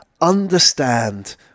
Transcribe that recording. understand